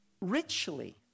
richly